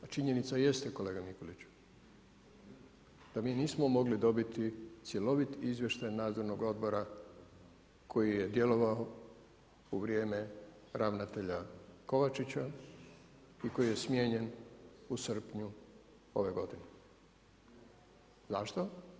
A činjenica jeste kolega Mikuliću da mi nismo mogli dobiti cjeloviti izvještaj nadzornog odbora koji je djelovao u vrijeme ravnatelja Kovačića i koji je smijenjen ove godine. zašto?